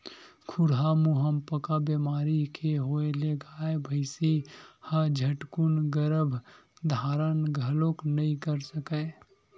खुरहा मुहंपका बेमारी के होय ले गाय, भइसी ह झटकून गरभ धारन घलोक नइ कर सकय